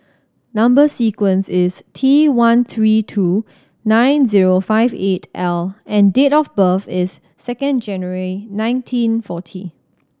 number sequence is T one three two nine zero five eight L and date of birth is second January nineteen forty